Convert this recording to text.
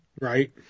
Right